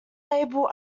label